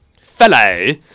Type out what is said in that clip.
Fellow